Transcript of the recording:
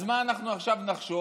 אז מה אנחנו נחשוב: